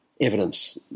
evidence